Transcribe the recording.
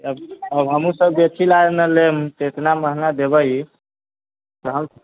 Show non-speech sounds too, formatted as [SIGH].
आब हमहुसब जे [UNINTELLIGIBLE] तऽ इतना महंगा देबै तऽ